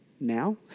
now